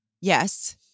yes